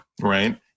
right